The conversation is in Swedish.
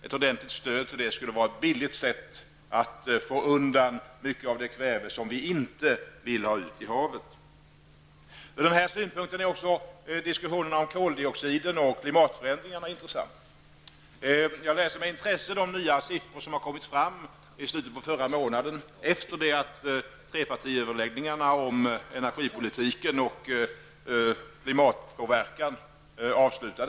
Ett ordentligt stöd på detta område skulle vara ett billigt sätt att få undan mycket av det kväve som vi inte vill skall spridas ut i havet. Från denna synpunkt är också diskussionen om koldioxiden och klimatförändringarna intressant. Jag tog med intresse del av de nya siffror som kom fram i slutet av förra månden, efter det att trepartiöverläggningarna om energipolitiken och klimatpåverkan hade avslutats.